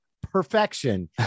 perfection